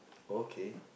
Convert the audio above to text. okay